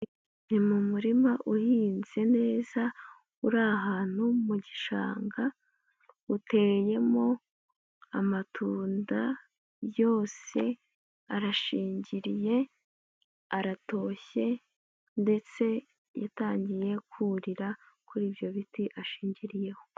Ni mu murima uhinze neza uri ahantu mu gishanga, uteyemo amatunda yose arashingiriye, aratoshye ndetse yatangiye kurira kuri ibyo biti ashingiriyeho.